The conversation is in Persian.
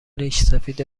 ریشسفید